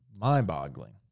mind-boggling